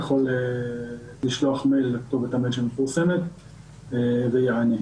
יכול לשלוח מייל לכתובת המייל שמפורסמת ולקבל מענה.